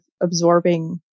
absorbing